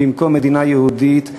במקום מדינה יהודית,